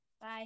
Bye